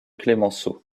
clemenceau